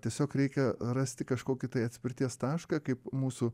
tiesiog reikia rasti kažkokį tai atspirties tašką kaip mūsų